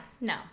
no